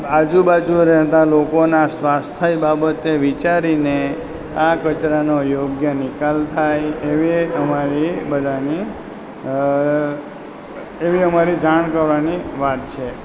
આજુબાજુ રહેતા લોકોના સ્વાસ્થ્ય બાબતે વિચારીને આ કચરાનો યોગ્ય નિકાલ થાય એવી અમારી બધાની એવી અમારી જાણ કરવાની વાત છે